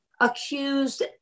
accused